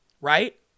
right